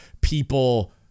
people